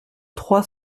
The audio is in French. trois